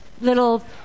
little